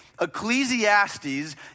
Ecclesiastes